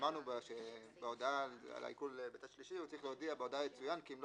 נאמר שבהודעה על עיקול בצד שלישי צריך להודיע: "בהודעה יצוין שאם לא